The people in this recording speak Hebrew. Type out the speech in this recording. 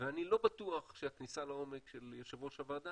ואני לא בטוח שהכניסה לעומק של יושב ראש הוועדה